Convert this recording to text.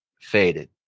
faded